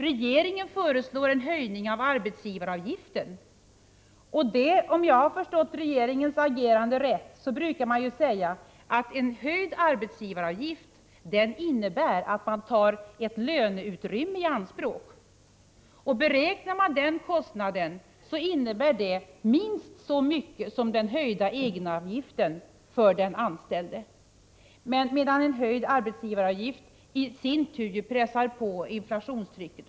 Regeringen föreslår en höjning av arbetsgivaravgiften. Man brukar ju säga — om jag har förstått regeringens agerande rätt — att en höjd arbetsgivaravgift innebär att man tar ett löneutrymme i anspråk. Och beräknar man den kostnaden, så blir det minst så mycket som den höjda egenavgiften för den anställde. En höjd arbetsgivaravgift ökar ju i sin tur inflationstrycket.